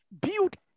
build